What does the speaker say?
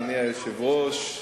אדוני היושב-ראש,